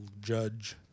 judge